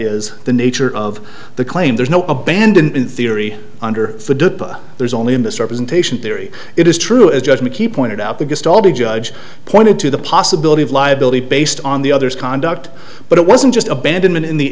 is the nature of the claim there's no abandon in theory under there's only a misrepresentation theory it is true as judge mckee pointed out that just all the judge pointed to the possibility of liability based on the other's conduct but it wasn't just abandonment in the